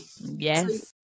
Yes